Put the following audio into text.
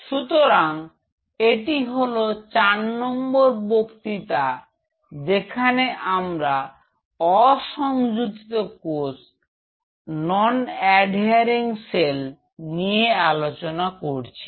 সুতরাং এটি হলো 4 নম্বর বক্তৃতা যেখানে আমরা অসংযোজিত কোষ নিয়ে আলোচনা করছি